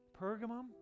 Pergamum